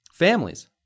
families